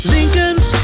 Lincolns